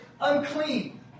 unclean